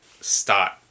start